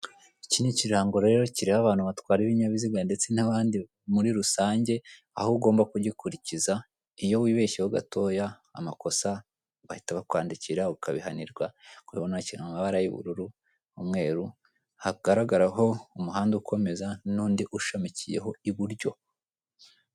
Iki ni ikirango rero kireba abantu ibinyabuziga ndetse n'abandi muri rusange aho ugomba kugikurikiza iyo wibeshyeho gatoya amakosa bahita bakwandikira ukabihanirwa urabona kiri mu mabara y'ubururu, umweru hagaragaraho umuhanda ukomeza n'undi ushamikiyeho iburyo.